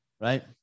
right